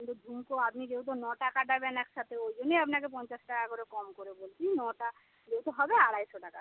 এখন তো ঝুমকো আধুনিক এগুলো তো নটা করাবেন একসাথে ওই জন্যই আপনাকে পঞ্চাশ টাকা করে কম করে বলছি নটা যেহেতু হবে আড়াইশো টাকা করে